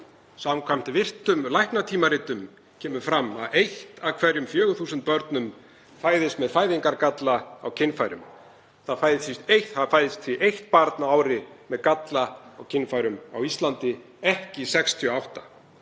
Samkvæmt virtum læknatímaritum kemur fram að eitt af hverjum 4.000 börnum fæðist með fæðingargalla á kynfærum. Það fæðist því eitt barn á ári með galla á kynfærum á Íslandi, ekki 68.